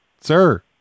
Sir